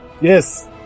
yes